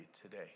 today